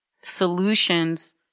solutions